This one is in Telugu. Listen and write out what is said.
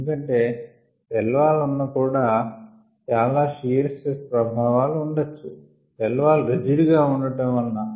ఎందుకంటే సెల్ వాల్ ఉన్న కూడా చాలా షియర్ స్ట్రెస్ ప్రభావాలుఉండొచ్చు సెల్ వాల్ రిజిడ్ గా ఉండటం వలన